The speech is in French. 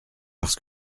parce